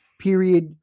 period